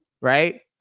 right